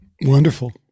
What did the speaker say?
Wonderful